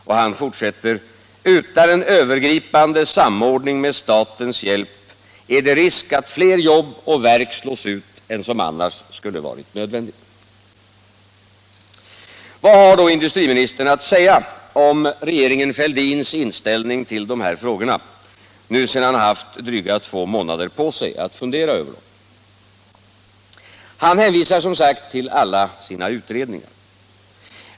Han framhåller vidare: ”Utan en övergripande samordning med statens hjälp är det risk att fler jobb och verk slås ut än som annars skulle varit nödvändigt.” Vad har då industriministern att säga om regeringen Fälldins inställning till de här frågorna, nu sedan han haft dryga två månader på sig att fundera över dem? Han hänvisar som sagt till alla sina utredningar.